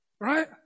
right